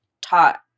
taught